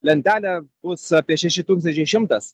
lentelę bus apie šeši tūkstančiai šimtas